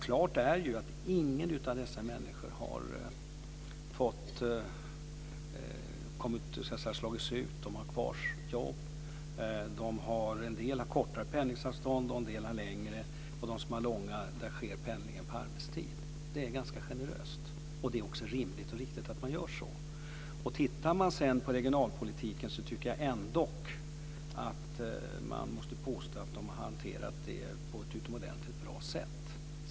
Klart är att ingen av dessa människor har slagits ut. De har kvar sina jobb. En del har kortare pendlingsavstånd, och en del har längre. De som har långa avstånd får pendla på arbetstid. Det är ganska generöst, och det är också rimligt och riktigt att man gör så. Man kan sedan titta på regionalpolitiken. Jag tycker ändå att man måste påstå att det har hanterats på ett utomordentligt bra sätt.